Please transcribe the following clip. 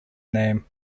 name